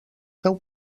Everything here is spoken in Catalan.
féu